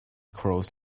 crows